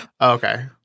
Okay